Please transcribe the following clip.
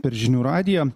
per žinių radiją